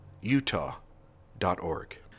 utah.org